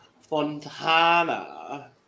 Fontana